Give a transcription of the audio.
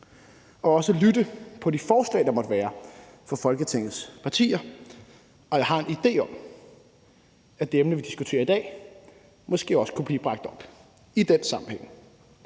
og også lytte til de forslag, der måtte være fra Folketingets partier, og jeg har en idé om, at det emne, vi diskuterer i dag, måske også kunne blive bragt op i den sammenhæng.